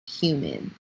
human